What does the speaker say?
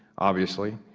obviously,